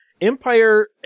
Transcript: Empire